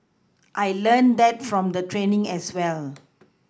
I learnt that from the training as well